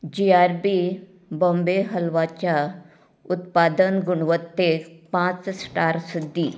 जी R B Bombay हलवाच्या उत्पादन गुणवत्तेक फायव स्टार्स दी